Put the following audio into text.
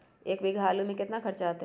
एक बीघा आलू में केतना खर्चा अतै?